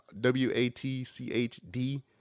W-A-T-C-H-D